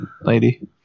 lady